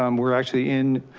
um we're actually in,